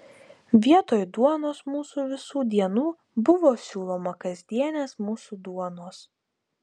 vietoj duonos mūsų visų dienų buvo siūloma kasdienės mūsų duonos